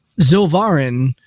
Zilvarin